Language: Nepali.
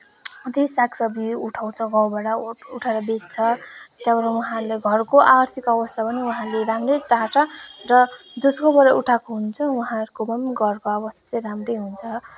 कति सागसब्जी उठाउँछ गाउँबाट उठाएर बेच्छ त्यहाँबाट उहाँहरूले घरको आर्थिक अवस्था पनि उहाँहरूले राम्रै टार्छ र जसकोबाट उठाएको हुन्छ उहाँहरूको पनि घरको अवस्था चाहिँ राम्रै हुन्छ